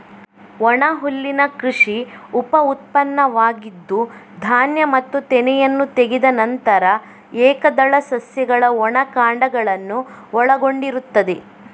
ಒಣಹುಲ್ಲಿನ ಕೃಷಿ ಉಪ ಉತ್ಪನ್ನವಾಗಿದ್ದು, ಧಾನ್ಯ ಮತ್ತು ತೆನೆಯನ್ನು ತೆಗೆದ ನಂತರ ಏಕದಳ ಸಸ್ಯಗಳ ಒಣ ಕಾಂಡಗಳನ್ನು ಒಳಗೊಂಡಿರುತ್ತದೆ